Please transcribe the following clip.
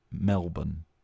Melbourne